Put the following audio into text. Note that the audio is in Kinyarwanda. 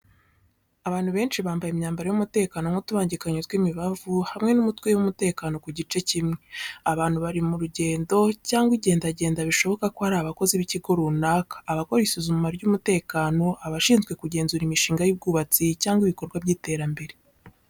Abantu benshi bambaye imyambaro y'umutekano nk'utubangikanyo tw'imibavu, hamwe n'umutwe w'umutekano ku gice kimwe. Abantu bari mu rugendo cyangwa mu igendagenda bishoboka ko ari abakozi b'ikigo runaka abakora isuzuma ry'umutekano, abashinzwe kugenzura imishinga y'ubwubatsi cyangwa ibikorwa by'iterambere.